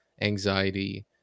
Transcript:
anxiety